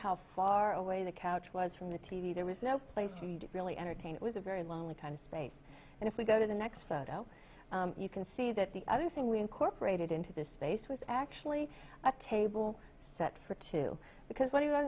how far away the couch was from the t v there was no place for you to really entertain it was a very lonely kind of space and if we go to the next photo you can see that the other thing we incorporated into this space was actually a table set for two because what